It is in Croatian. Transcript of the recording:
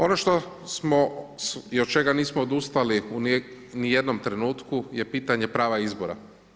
Ono što smo i od čega nismo odustali u ni jednom trenutku, je pitanje prava izbora.